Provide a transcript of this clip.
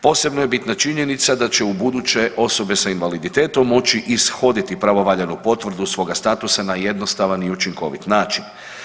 Posebno je bitna činjenica da će ubuduće osobe sa invaliditetom moći ishoditi pravovaljanu potvrdu svoga statusa na jednostavan i učinkovit način.